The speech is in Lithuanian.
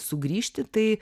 sugrįžti tai